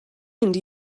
mynd